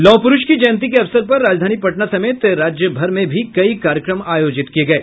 लौह प्रूष की जयंती के अवसर पर राजधानी पटना समेत राज्यभर में भी कई कार्यक्रम आयोजित किये गये